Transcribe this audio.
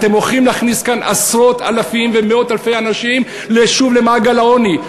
אתם הולכים להכניס כאן עשרות אלפים ומאות אלפי אנשים שוב למעגל העוני,